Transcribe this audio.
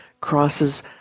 crosses